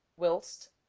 whilst